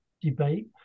debate